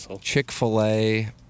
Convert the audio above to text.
Chick-fil-A